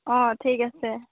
অঁ ঠিক আছে